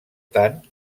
tant